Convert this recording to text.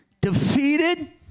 defeated